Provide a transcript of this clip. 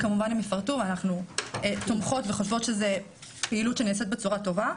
כמובן הם יפרטו ואנחנו תומכות וחושבות שזו פעילות שנעשית בצורה טובה,